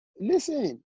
Listen